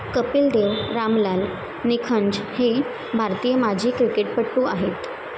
कपिलदेव रामलाल निखंज हे भारतीय माजी क्रिकेटपटू आहेत